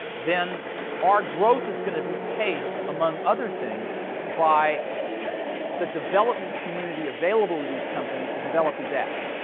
then our growth is going to be paced among other things by the development community available to these companies to develop these apps.